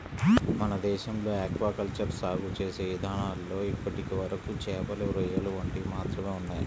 మన దేశంలో aquaculture సాగు చేసే ఇదానాల్లో ఇప్పటివరకు చేపలు, రొయ్యలు వంటివి మాత్రమే ఉన్నయ్